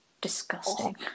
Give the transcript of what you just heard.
disgusting